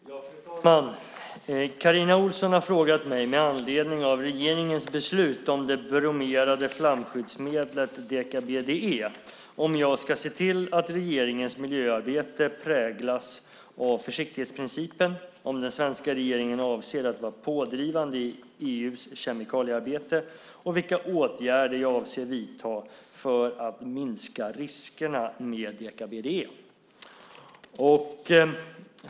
Fru talman! Carina Ohlsson har frågat mig, med anledning av regeringens beslut om det bromerade flamskyddsmedlet deka-BDE, om jag ska se till att regeringens miljöarbete präglas av försiktighetsprincipen, om den svenska regeringen avser att vara pådrivande i EU:s kemikaliearbete och vilka åtgärder jag avser att vidta för att minska riskerna med deka-BDE.